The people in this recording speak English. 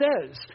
says